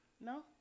No